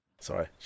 Sorry